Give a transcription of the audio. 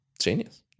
Genius